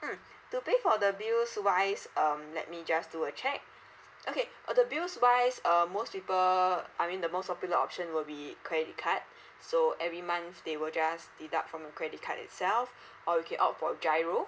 mm to pay for the bills wise um let me just do a check okay uh the bills wise um most people I mean the most popular option will be credit card so every month they will just deduct from your credit card itself or you can opt for GIRO